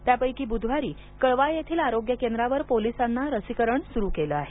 त्यापैकी बुधवारी कळवा येथील आरोग्य केंद्रावर पोलिसांना लसीकरण सुरू केले आहे